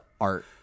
art